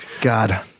God